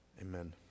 amen